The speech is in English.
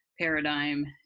paradigm